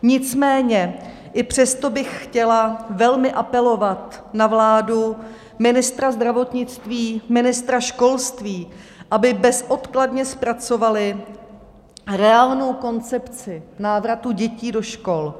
Nicméně i přesto bych chtěla velmi apelovat na vládu, ministra zdravotnictví, ministra školství, aby bezodkladně zpracovali reálnou koncepci návratu dětí do škol.